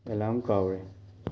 alarm ꯀꯥꯎꯔꯦ